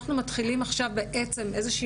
שכשאנחנו מתחילים עכשיו בעצם איזושהי